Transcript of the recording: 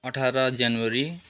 अठार जनवरी